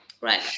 right